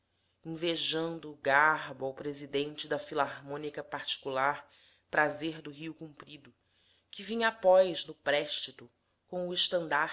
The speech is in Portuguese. invejando o garbo ao presidente da filarmônica particular prazer do rio comprido que vinha após no préstito com o